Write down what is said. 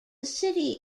city